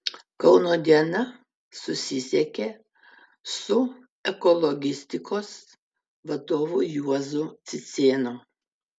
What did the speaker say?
kauno diena susisiekė su ekologistikos vadovu juozu cicėnu